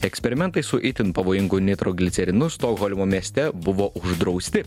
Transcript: eksperimentai su itin pavojingu nitroglicerinu stokholmo mieste buvo uždrausti